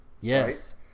Yes